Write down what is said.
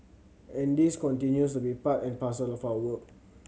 and this continues to be part and parcel of our work